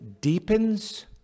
deepens